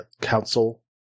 council